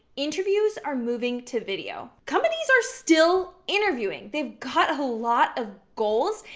interviews are moving to video. companies are still interviewing. they've got a lot of goals,